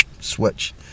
switch